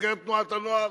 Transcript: במסגרת תנועת הנוער,